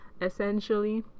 essentially